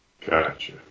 Gotcha